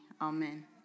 Amen